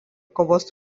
kovos